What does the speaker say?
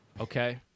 okay